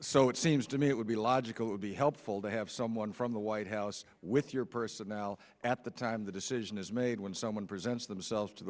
so it seems to me it would be logical would be helpful to have someone from the white house with your personnel at the time the decision is made when someone presents themselves to the